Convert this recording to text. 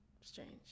Strange